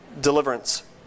deliverance